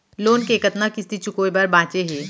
Loan के कतना किस्ती चुकाए बर बांचे हे?